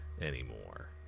anymore